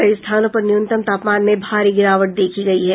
कई स्थानों पर न्यूनतम तापमान में भारी गिरावट देखी गयी है